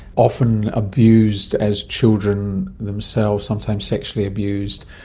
often abused as children themselves, sometimes sexually abused,